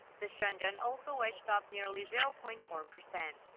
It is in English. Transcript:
the shenzhen also edged up nearly zero point four percent.